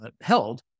held